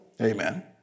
Amen